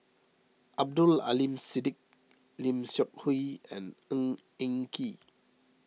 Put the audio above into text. Abdul Aleem Siddique Lim Seok Hui and Ng Eng Kee